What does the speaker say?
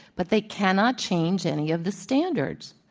but they cannot change any of the standards.